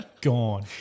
Gone